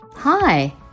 Hi